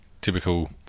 typical